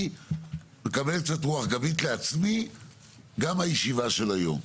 אני מקבל קצת רוח גבית לעצמי גם מהישיבה של היום,